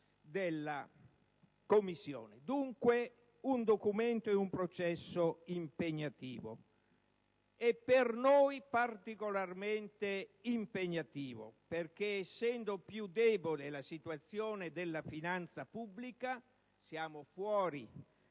della Commissione. Dunque, si tratta di un documento e di un processo impegnativo. Per noi, poi, è particolarmente impegnativo perché, essendo più debole la situazione della finanza pubblica, siamo fuori